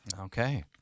Okay